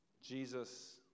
Jesus